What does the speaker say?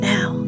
Now